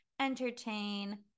entertain